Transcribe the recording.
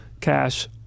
cash